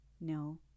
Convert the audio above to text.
No